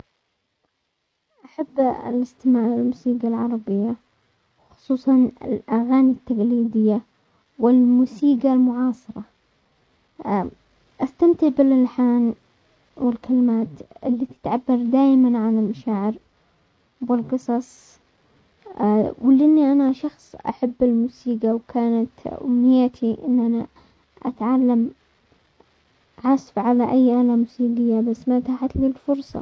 احب الاستماع للموسيقى العربية، خصوصا الاغاني التقليدية والموسيقى المعاصرة، استمتع بالالحان، والكلمات اللي تتعبر دايما عن المشاعر والقصص ولاني انا شخص احب الموسيقى وكانت امنيتي ان انا اتعلم عزف على اي الة موسيقية بس ما اتاحت لي الفرصة.